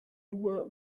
nur